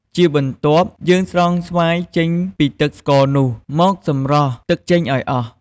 ជាបន្ទាប់ យើងស្រង់ស្វាយចេញពីទឹកស្ករនោះមកសម្រស់ទឹកចេញឱ្យអស់។